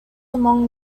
among